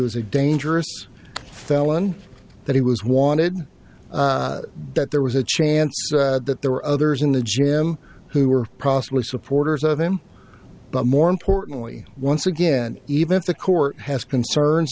was a dangerous felon that he was wanted that there was a chance that there were others in the gym who were prostitutes supporters of him but more importantly once again even if the court has concerns